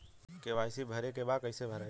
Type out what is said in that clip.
KYC भरे के बा कइसे भराई?